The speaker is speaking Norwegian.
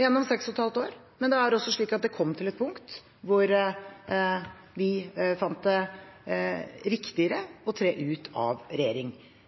gjennom seks og et halvt år, men det er slik at det kom til et punkt hvor vi fant det riktigere